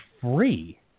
free